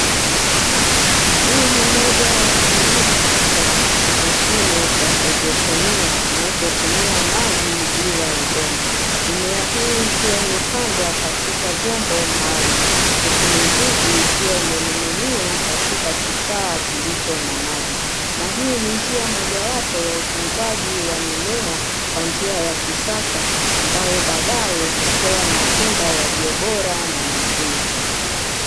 Hii ni moja ya kilimo cha mashine cha haidroponia kinachotumia maji bila udongo. Mimea hii ikiwa imepadwa katika vyombo maalumu, huku mizizi ikiwa imening'inia katika kifaa kilicho na maji, na hii ni njia mojawapo ya utunzaji wa mimea kwa njia ya kisasa ambayo baadae hutoa matunda yaliyo bora na mazuri.